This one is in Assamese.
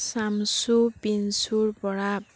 চামচু পিনচুৰ পৰা